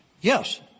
yes